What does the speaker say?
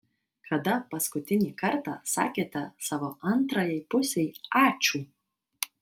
kada paskutinį kartą sakėte savo antrajai pusei ačiū